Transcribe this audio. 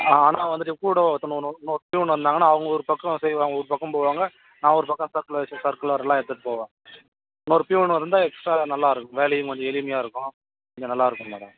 ஆனால் வந்துட்டு கூட ஒருத்தனை இன்னொ இன்னொரு பியூன் வந்தாங்கன்னால் அவங்க ஒரு பக்கம் செய்வாங்க ஒரு பக்கம் போவாங்க நான் ஒரு பக்கம் சர்குலேஷன் சர்குலரெலாம் எடுத்துகிட்டு போவேன் இன்னொரு பியூன்னு இருந்தால் எக்ஸ்ட்ரா நல்லாயிருக்கும் வேலையும் கொஞ்சம் எளிமையாக இருக்கும் கொஞ்சம் நல்லாயிருக்கும் மேடம்